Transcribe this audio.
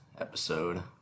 episode